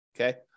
Okay